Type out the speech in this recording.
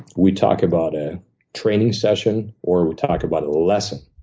we talk about a training session, or we talk about a lesson.